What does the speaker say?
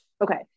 okay